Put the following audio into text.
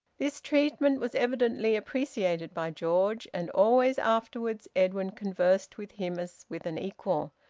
this treatment was evidently appreciated by george, and always afterwards edwin conversed with him as with an equal,